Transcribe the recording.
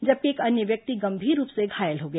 जबकि एक अन्य व्यक्ति गंभीर रूप से घायल हो गया